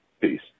Peace